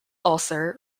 ulcer